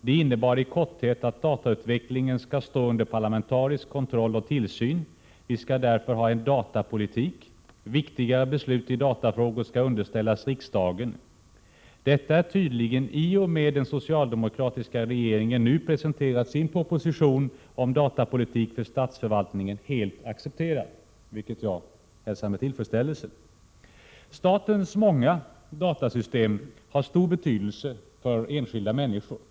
Det innebar i korthet att datautvecklingen skall stå under parlamentarisk kontroll och tillsyn. Vi skall därför ha en datapolitik. Viktigare beslut i datafrågor skall underställas riksdagen. Detta är tydligen i och med att den socialdemokratiska regeringen nu presenterat sin proposition om datapolitik för statsförvaltningen helt accepterat, vilket jag hälsar med tillfredsställelse. Statens många datasystem har stor betydelse för enskilda människor.